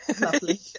Lovely